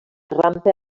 rampa